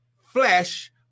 flesh